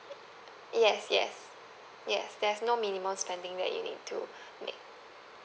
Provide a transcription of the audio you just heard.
yes yes yes there's no minimum spending that you need to make